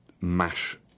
mash